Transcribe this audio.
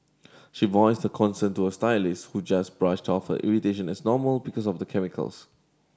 she voiced her concern to her stylist who just brushed off her irritation as normal because of the chemicals